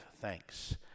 thanks